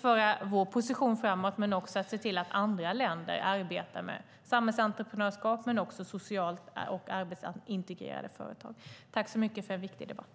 föra vår position framåt men också för att se till att andra länder arbetar med inte bara samhällsentreprenörskap utan också sociala och arbetsintegrerade företag. Tack så mycket för en viktig debatt!